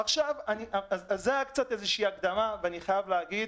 זאת הייתה הקדמה ואני חייב להגיד